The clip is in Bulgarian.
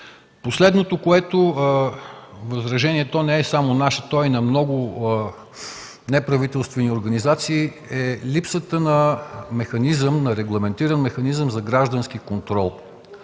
Последното възражение не е само наше, а и на много неправителствени организации. Отнася се до липсата на регламентиран механизъм за граждански контрол.